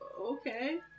okay